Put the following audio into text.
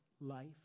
life